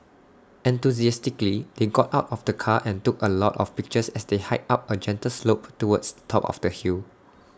enthusiastically they got out of the car and took A lot of pictures as they hiked up A gentle slope towards the top of the hill